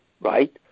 right